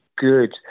Good